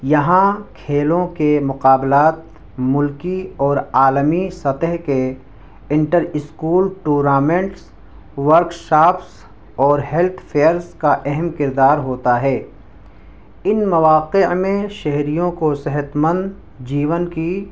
یہاں کھیلوں کے مقابلات ملکی اور عالمی سطح کے انٹر اسکول ٹورامنٹس ورکشاپس اور ہیلتھ فیئرس کا اہم کردار ہوتا ہے ان مواقع میں شہریوں کو صحتمند جیون کی